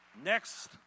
Next